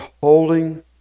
holding